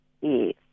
Yes